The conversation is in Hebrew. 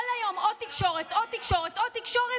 כל היום עוד תקשורת, עוד תקשורת, עוד תקשורת,